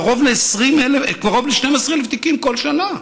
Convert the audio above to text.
קרוב ל-12,000 תיקים בכל שנה.